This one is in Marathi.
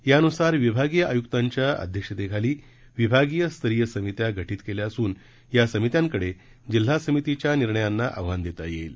या नुसार विभागीय आयुक्तांच्या अध्यक्षतेखाली विभागीय स्तरीय समित्या गठीत करण्यात आल्या असून या समित्यांकडे जिल्हा समितीच्या निर्णयांना आव्हान देता येईल